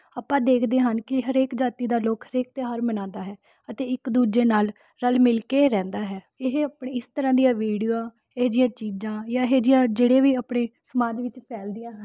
ਆਪਾਂ ਦੇਖਦੇ ਹਨ ਕਿ ਹਰੇਕ ਜਾਤੀ ਦਾ ਲੋਕ ਹਰੇਕ ਤਿਉਹਾਰ ਮਨਾਉਂਦਾ ਹੈ ਅਤੇ ਇੱਕ ਦੂਜੇ ਨਾਲ ਰਲ ਮਿਲ ਕੇ ਰਹਿੰਦਾ ਹੈ ਇਹ ਆਪਣੇ ਇਸ ਤਰ੍ਹਾਂ ਦੀਆਂ ਵੀਡੀਓ ਇਹੋ ਜਿਹੀਆਂ ਚੀਜ਼ਾਂ ਜਾਂ ਇਹੋ ਜਿਹੀਆਂ ਜਿਹੜੇ ਵੀ ਆਪਣੇ ਸਮਾਜ ਵਿੱਚ ਫੈਲਦੀਆਂ ਹਨ